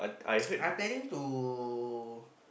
I planning to